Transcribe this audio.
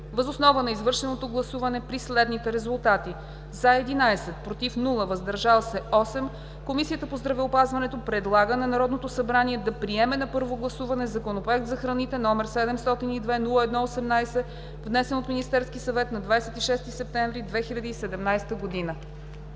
Въз основа на извършено гласуване при следните резултати „за” – 11, без „против”, „въздържали се” – 8, Комисията по здравеопазването предлага на Народното събрание да приеме на първо гласуване Законопроект за храните, № 702-01-18, внесен от Министерски съвет на 26 септември 2017 г.“